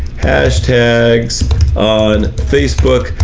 hashtags on facebook,